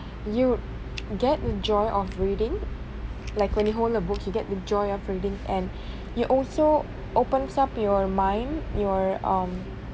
you get the joy of reading like when you hold a book you get the joy of reading and you also opens up your mind your um